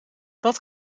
dat